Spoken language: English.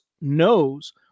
knows